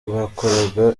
bakoraga